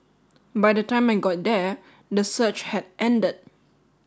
by the time I got there the surge had ended